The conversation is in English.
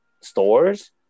stores